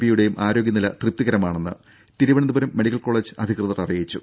പിയുടെ യും ആരോഗ്യനില തൃപ്തികരമാണെന്ന് തിരുവനന്തപുരം മെഡിക്കൽ കോളജ് അധികൃതർ അറിയിച്ചു